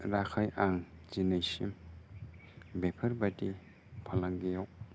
आखै आं दिनैसिम बेफोरबादि फालांगियाव